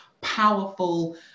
powerful